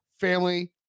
family